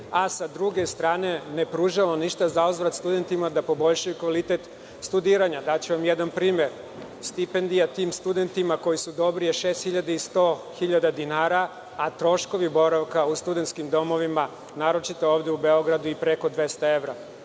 a sa druge strane ne pružamo ništa za uzvrat studentima da poboljšaju kvalitet studiranja. Daću vam jedan primer. Stipendija tim studentima, koji su dobri, je 6.100 dinara, a troškovi boravka u studenskim domovima, naročito ovde u Beogradu, i preko 200 evra,